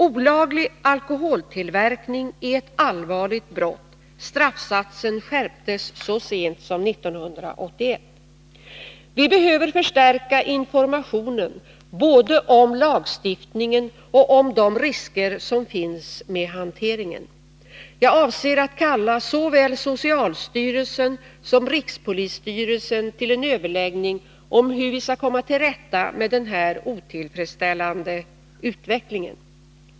Olaglig alkoholtillverkning är ett allvarligt brott. Straffsatsen skärptes så sent som 1981. Vi behöver förstärka informationen både om lagstiftningen och om de risker som finns med hanteringen. Jag avser att kalla såväl socialstyrelsen som rikspolisstyrelsen till en överläggning om hur vi skall komma till rätta med den här otillfredsställande utvecklingen.